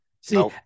See